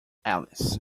alice